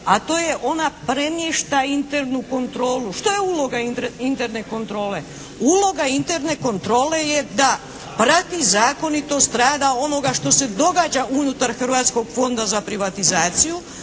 a to je ona premješta internu kontrolu. Što je uloga interne kontrole? Uloga interne kontrole je da prati zakonitost rada onoga što se događa unutar Hrvatskog fonda za privatizaciju,